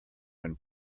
when